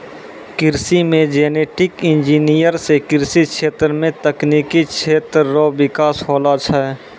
कृषि मे genetic engineer से कृषि क्षेत्र मे तकनिकी क्षेत्र रो बिकास होलो छै